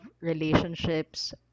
relationships